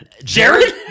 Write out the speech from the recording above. Jared